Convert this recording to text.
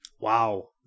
Wow